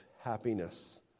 happiness